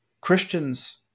Christians